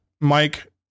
Mike